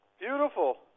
Beautiful